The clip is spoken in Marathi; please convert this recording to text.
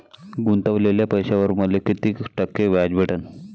गुतवलेल्या पैशावर मले कितीक टक्के व्याज भेटन?